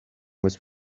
was